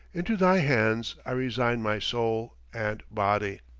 into thy hands i resign my soul and body.